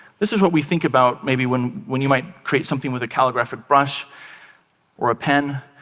this is what we think about maybe, when when you might create something with a calligraphic brush or a pen.